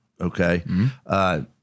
Okay